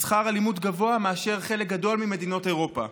ושכר הלימוד גבוה מאשר בחלק גדול ממדינות אירופה.